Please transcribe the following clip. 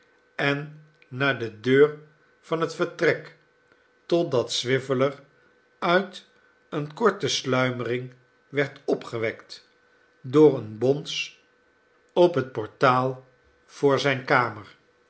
en naar de deur van het vertrek totdat swiveller uit eene korte simmering werd opgewekt door eene bons op het portaal voor zijne kamer